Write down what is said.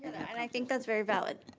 and i think that's very valid.